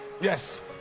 yes